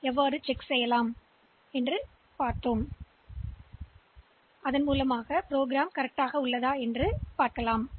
எனவே வெவ்வேறு பதிவேடுகளின் உள்ளடக்கத்தை நாம் சரிபார்த்து நிரல் சரியாக செய்யப்பட்டுள்ளதா இல்லையா என்பதைப் பார்க்கலாம்